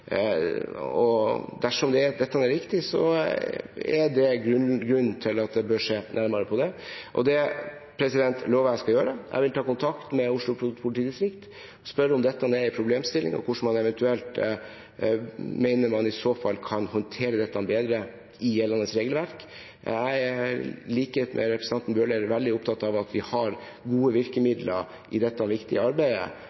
Dersom dette er riktig, er det grunn til at jeg bør se nærmere på det, og det lover jeg at jeg skal gjøre. Jeg vil ta kontakt med Oslo politidistrikt, spørre om dette er en problemstilling og hvordan man eventuelt mener man i så fall kan håndtere dette bedre etter gjeldende regelverk, Jeg er i likhet med representanten Bøhler veldig opptatt av at vi har gode